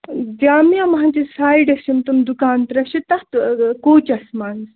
جامعہ مسجِد سایڈس یِم تِم دُکان ترٛےٚ چھِ تَتھ کوچس منٛز